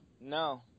No